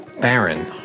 Baron